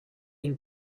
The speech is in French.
une